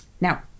now